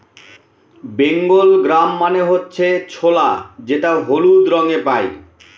Bengal gram মানে হচ্ছে ছোলা যেটা হলুদ রঙে পাই